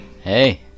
hey